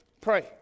Pray